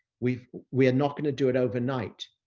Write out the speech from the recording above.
we've we're not going to do it overnight,